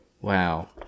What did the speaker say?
wow